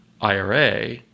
IRA